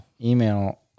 email